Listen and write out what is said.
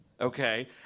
okay